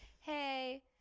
hey